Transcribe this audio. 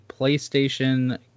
PlayStation